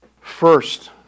first